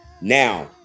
Now